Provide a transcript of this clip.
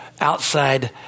outside